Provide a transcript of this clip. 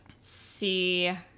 see